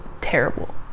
terrible